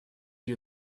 you